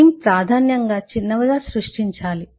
team ప్రాధాన్యంగా చిన్నవిగా సృష్టించాలి